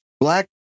black